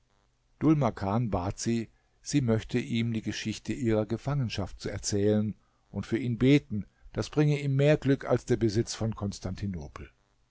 makan bat sie sie möchte ihm die geschichte ihrer gefangenschaft erzählen und für ihn beten das bringe ihm mehr glück als der besitz von konstantinopel